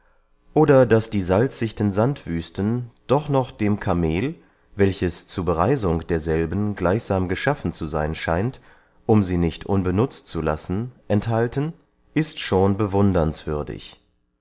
oder daß die salzigten sandwüsten doch noch dem cameel welches zu bereisung derselben gleichsam geschaffen zu seyn scheint um sie nicht unbenutzt zu lassen enthalten ist schon